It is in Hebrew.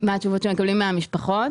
מה התשובות שמקבלים מהמשפחות?